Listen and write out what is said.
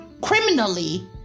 criminally